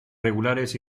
regulares